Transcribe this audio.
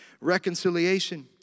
reconciliation